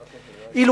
אילו היה כאן,